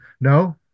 No